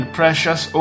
precious